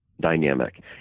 dynamic